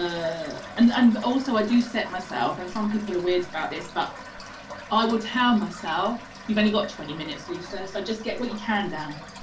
a smell. and and also, i do set myself and some people are weird about this but i will tell myself, you've only got twenty minutes, lisa, so just get what you can down,